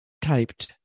typed